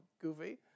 Goofy